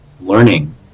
learning